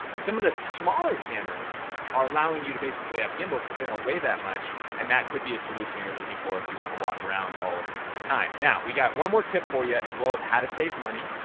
some of the smaller cameras are allowing you to basically have gimbals cause they don't weigh that much and that could be a solution you're looking for if you wanna walk around all the time. now we got one more tip for you yeah as well as how to save money,